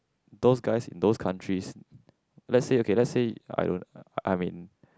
those guys those countries let's say okay let's say I don't I am in